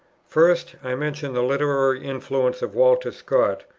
first, i mentioned the literary influence of walter scott,